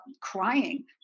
crying